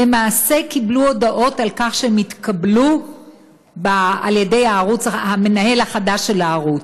למעשה קיבלו הודעות על כך שהם התקבלו על ידי המנהל החדש של הערוץ.